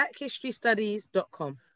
Blackhistorystudies.com